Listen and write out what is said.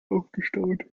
aufgestaut